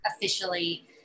officially